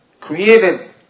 created